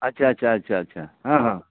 अच्छा अच्छा अच्छा अच्छा हँ हँ